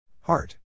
Heart